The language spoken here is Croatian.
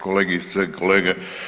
Kolegice i kolege.